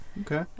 Okay